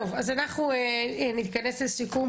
אנחנו נתכנס לסיכום.